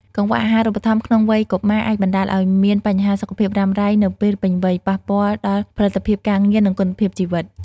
កង្វះអាហារូបត្ថម្ភក្នុងវ័យកុមារអាចបណ្តាលឱ្យមានបញ្ហាសុខភាពរ៉ាំរ៉ៃនៅពេលពេញវ័យ ប៉ះពាល់ដល់ផលិតភាពការងារ និងគុណភាពជីវិត។